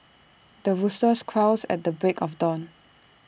the rooster crows at the break of dawn